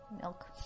milk